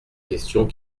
questions